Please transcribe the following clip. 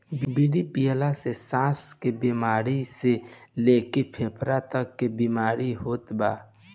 बीड़ी पियला से साँस के बेमारी से लेके फेफड़ा तक के बीमारी होत बा